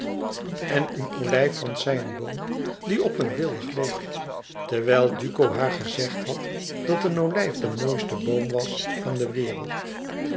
en een olijf vond zij een boom die op een wilg leek terwijl duco haar gezegd had dat een olijf den mooisten boom was van de wereld